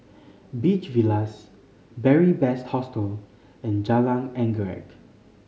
Beach Villas Beary Best Hostel and Jalan Anggerek